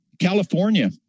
California